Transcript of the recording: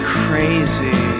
crazy